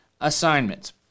assignments